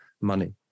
money